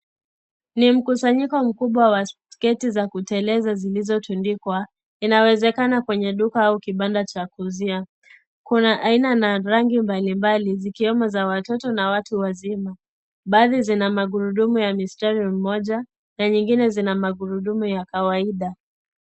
Ni mkusanyko mkubwa wa skate za kuteleza zilizo tundikwa inawezekana kwenye duka au kibanda cha kuuzia kuna aina na rangi mbali mbali zikiwemo za watoto na watu wazima baadhi zina magurudumu ya mistari mmoja na zingine zina magurudumu ya kawaida.